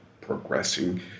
progressing